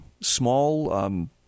small